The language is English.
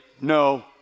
no